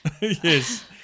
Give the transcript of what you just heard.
Yes